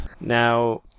Now